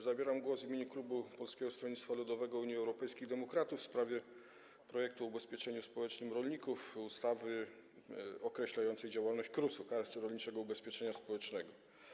Zabieram głos w imieniu klubu Polskiego Stronnictwa Ludowego - Unii Europejskich Demokratów w sprawie projektu ustawy o zmianie ustawy o ubezpieczeniu społecznym rolników, ustawy określającej działalność KRUS-u, Kasy Rolniczego Ubezpieczenia Społecznego.